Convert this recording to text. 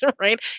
right